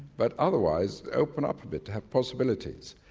but otherwise open up a bit to have possibilities.